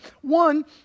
One